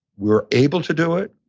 we're able to do it.